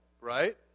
right